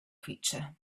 creature